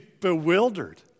bewildered